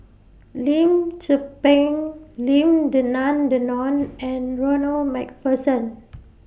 Lim Tze Peng Lim Denan Denon and Ronald MacPherson